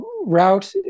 route